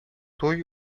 туй